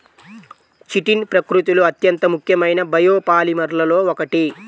chitin ప్రకృతిలో అత్యంత ముఖ్యమైన బయోపాలిమర్లలో ఒకటి